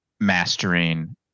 mastering